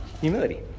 humility